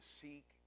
seek